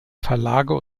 verlage